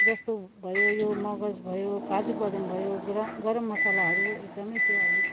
जस्तो भयो यो मगज भयो काजु बदम भयो गरम गरम मसलाहरू एकदमै त्यो अलिक